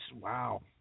wow